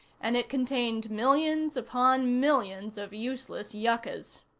and it contained millions upon millions of useless yuccas.